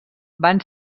van